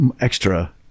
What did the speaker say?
extra